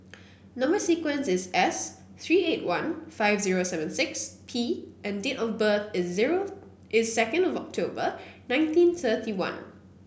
number sequence is S three eight one five zero seven six P and date of birth is zero is second of October nineteen thirty one